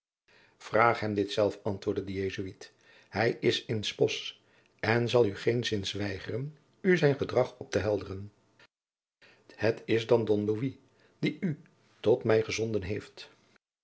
vraag hem dit zelf antwoordde de jesuit hij is in s bosch en zal u geenszins weigeren u zijn gedrag op te helderen het is dan don louis die u tot mij gezonden heeft